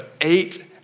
eight